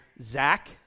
Zach